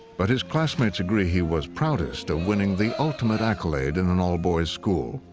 but his classmates agree he was proudest of winning the ultimate accolade in an all-boys school.